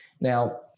now